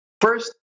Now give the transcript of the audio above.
First